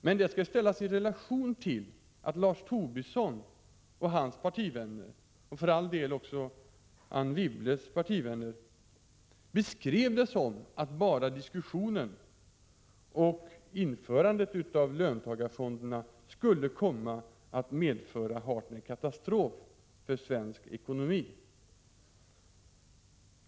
Men detta skall ställas i relation till att Lars Tobisson och hans partivänner, och för all del också Anne Wibbles partivänner, beskrev saken som om bara diskussionen om och införandet av löntagarfonderna skulle komma att medföra hart när katastrof för svensk ekonomi.